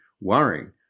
worrying